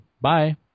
Bye